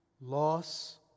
loss